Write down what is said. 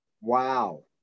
Wow